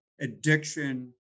addiction